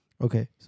Okay